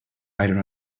rider